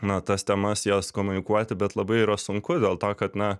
na tas temas jos komunikuoti bet labai yra sunku dėl to kad na